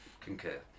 concur